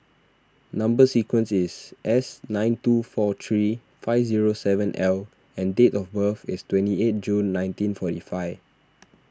Number Sequence is S nine two four three five zero seven L and date of birth is twenty eight June nineteen forty five